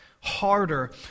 harder